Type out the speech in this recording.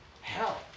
hell